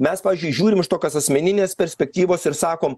mes pavyzdžiui žiūrim iš tokios asmeninės perspektyvos ir sakom